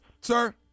sir